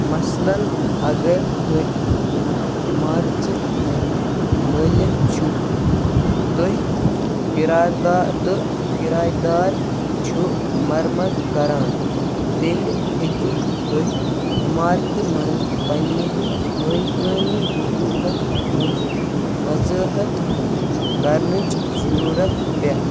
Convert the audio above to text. مَثلاً اگر تُہۍ کُنہِ عمارژٕ ہٕنٛدۍ مٲلِک چھُو تُہۍ کِراردا تہٕ کِرایہِ دار چھُ مرمت کَران تیٚلہ ہیٚکِو تُہۍ عمارتہِ منٛز پَنٛنہِ مٲلۍکٲنی حکوٗکَن ہٕنٛز وَضاحت کَرنٕچ ضٔرٗورت پٮ۪تھ